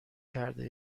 کرده